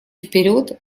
вперед